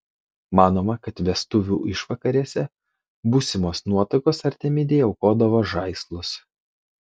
manoma kad vestuvių išvakarėse būsimos nuotakos artemidei aukodavo žaislus